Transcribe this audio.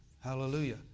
Hallelujah